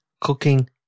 cooking